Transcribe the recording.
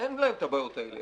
אין להם את הבעיות האלה.